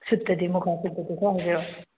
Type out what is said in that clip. ꯁꯨꯠꯇꯗꯤ ꯃꯨꯒꯥ ꯁꯨꯠꯇꯗꯤ ꯈꯔ ꯍꯤꯕꯤꯔꯛꯑꯣ